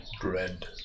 dread